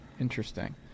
Interesting